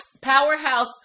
powerhouse